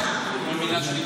תורי.